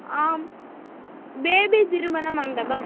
ஆ baby திருமண மண்டபம்